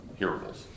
hearables